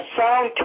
sound